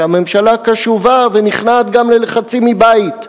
כשהממשלה קשובה ונכנעת גם ללחצים מבית,